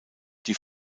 die